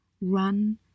run